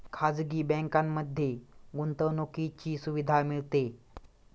खाजगी बँकांमध्ये गुंतवणुकीची सुविधा मिळते